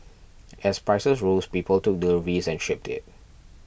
as prices rose people took deliveries and shipped it